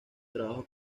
trabajo